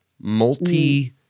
multi-